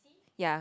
ya